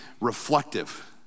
reflective